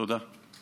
תודה.